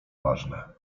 ważne